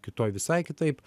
kitoj visai kitaip